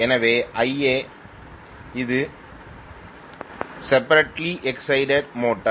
எனவே Ia இது separately excited motor